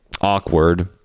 awkward